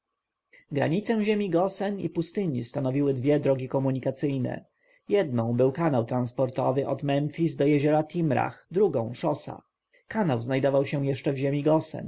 granicę ziemi gosen i pustyni stanowiły dwie drogi komunikacyjne jedną był kanał transportowy od memfis do jeziora timrah drugą szosa kanał znajdował się jeszcze w ziemi